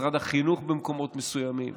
משרד החינוך במקומות מסוימים